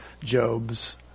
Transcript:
Job's